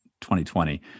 2020